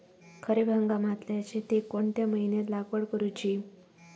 खरीप हंगामातल्या शेतीक कोणत्या महिन्यात लागवड करूची?